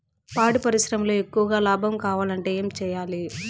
పాడి పరిశ్రమలో ఎక్కువగా లాభం కావాలంటే ఏం చేయాలి?